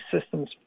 systems